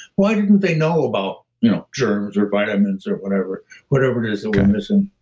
why didn't they know about you know germs or vitamins, or whatever whatever it is that we're missing.